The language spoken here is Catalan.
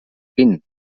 pin